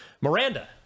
Miranda